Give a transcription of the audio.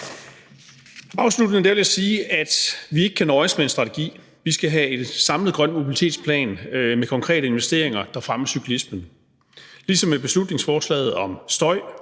Afsluttende vil jeg sige, at vi ikke kan nøjes med en strategi. Vi skal have en samlet grøn mobilitetsplan med konkrete investeringer, der fremmer cyklismen. Ligesom med beslutningsforslaget om støj